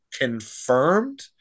confirmed